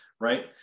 right